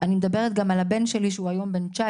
אני מדברת גם על הבן שלי שהוא היום בן 19,